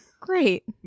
Great